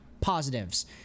positives